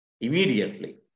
immediately